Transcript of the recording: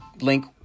link